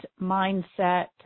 mindset